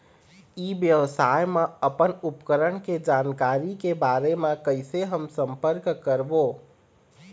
ई व्यवसाय मा अपन उपकरण के जानकारी के बारे मा कैसे हम संपर्क करवो?